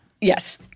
yes